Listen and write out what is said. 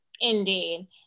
Indeed